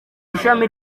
ishami